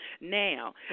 Now